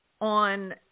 on